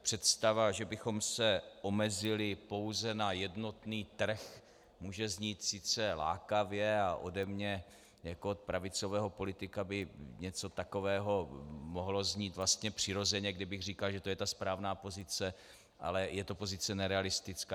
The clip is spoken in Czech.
Představa, že bychom se omezili pouze na jednotný trh, může znít sice lákavě a ode mne jako od pravicového politika by něco takového mohlo znít vlastně přirozeně, kdybych říkal, že to je ta správná pozice, ale je to pozice nerealistická.